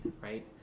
right